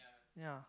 ya